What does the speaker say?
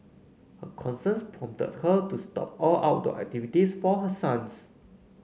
her concerns prompted her to stop all outdoor activities for her sons